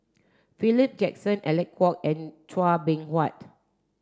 Philip Jackson Alec Kuok and Chua Beng Huat